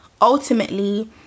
ultimately